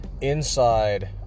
Inside